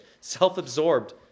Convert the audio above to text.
self-absorbed